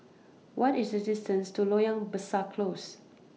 What IS The distance to Loyang Besar Close